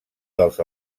dels